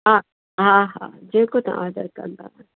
हा हा हा जेको तव्हां ऑडर कंदा